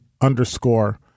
underscore